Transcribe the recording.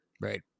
Right